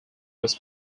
was